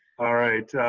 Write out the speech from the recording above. all right.